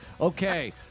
okay